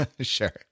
Sure